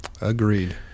Agreed